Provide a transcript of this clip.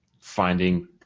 finding